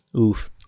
Oof